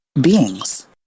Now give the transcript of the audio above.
beings